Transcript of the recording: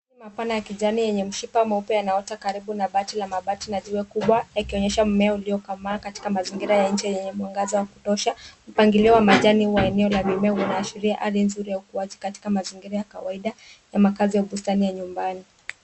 Majani mapana ya kijani yenye mshipa mweupe yanaota karibu na bati la mabati na jiwe kubwa yakionyesha mmeo uliokomaa katika mazingira ya nje yenye mwangaza wa kutosha. Mpangilio wa majani wa eneo la mimea unaashiria hali nzuri ya ukuaji katika mazingira ya kawaida ya makazi au bustani ya nyumbani.